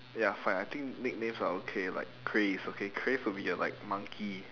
ya fine I think nicknames are okay like crey is okay crey's will be a like monkey